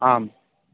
आम्